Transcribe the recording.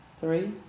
three